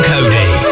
Cody